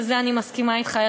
ובזה אני מסכימה אתך,